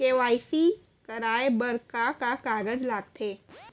KYC कराये बर का का कागज लागथे?